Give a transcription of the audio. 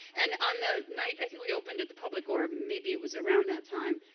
and on the night i think, we opened at the public, or maybe it was around that time,